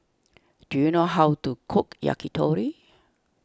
do you know how to cook Yakitori